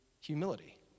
humility